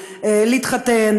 להתחתן,